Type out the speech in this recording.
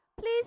please